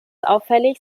auffällig